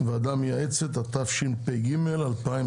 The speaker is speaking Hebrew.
(ועדה מייעצת), התשפ"ג-2023.